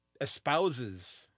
espouses